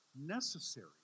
necessary